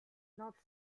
not